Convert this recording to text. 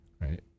right